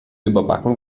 überbacken